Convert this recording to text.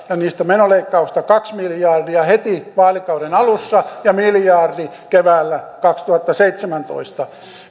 ja niistä menoleikkauksista kaksi miljardia heti vaalikauden alussa ja miljardi keväällä kaksituhattaseitsemäntoista